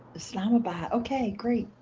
so um but ok great,